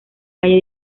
calle